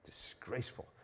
disgraceful